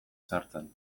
sartzen